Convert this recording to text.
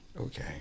Okay